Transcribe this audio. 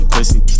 Pussy